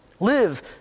Live